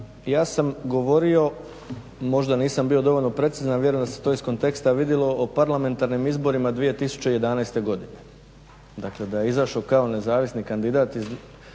ja sam govorio, možda nisam bio dovoljno precizan, vjerujem da se to iz konteksta vidjelo, o parlamentarnim izborima 2011. godine. Dakle, da je izašao kao nezavisni kandidat a